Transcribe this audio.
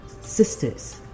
sisters